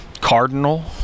cardinal